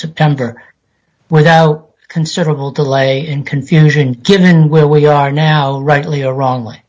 september without considerable delay in confusion given where we are now rightly or wrongly